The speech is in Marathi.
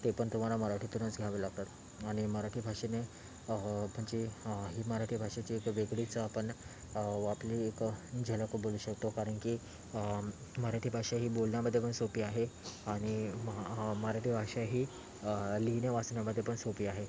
ते पण तुम्हाला मराठीतूनच घ्यावे लागतात आणि मराठी भाषेने म्हणजे ही मराठी भाषेची एक वेगळीच आपण आपली एक झलक बघू शकतो कारण की मराठी भाषा ही बोलण्यामध्ये पण सोपी आहे आणि मराठी भाषा ही लिहिण्या वाचण्यामध्ये पण सोपी आहे